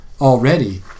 already